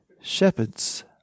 shepherds